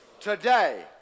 Today